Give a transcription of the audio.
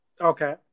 Okay